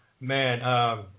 man